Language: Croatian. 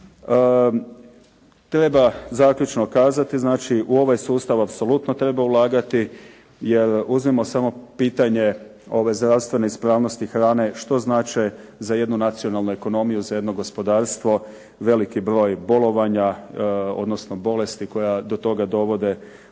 Treba zaključno kazati, znači u ovaj sustav treba ulagati, jer uzmimo samo pitanje ove zdravstvene ispravnosti hrane, što znače za jednu nacionalnu ekonomiju, za jedno gospodarstvo, veliki broj bolovanja, odnosno bolesti koja do toga dovode. Znači